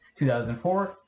2004